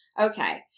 Okay